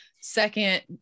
second